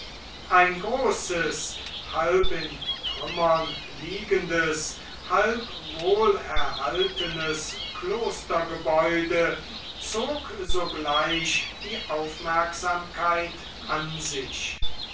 ein großes halb in trümmern liegendes halb wohlerhaltenes klostergebäude zog sogleich die aufmerksamkeit an sich